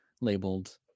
labeled